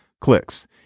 clicks